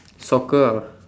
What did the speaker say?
soccer ah